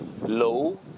low